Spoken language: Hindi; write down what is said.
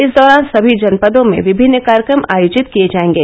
इस दौरान सभी जनपदों में विभिन्न कार्यक्रम आयोजित किये जायेंगे